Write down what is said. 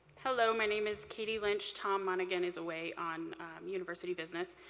hello. my name is katie lynch. tom monagan is away on university business,